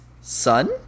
son